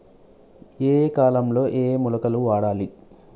ఏయే కాలంలో ఏయే మొలకలు వాడాలి?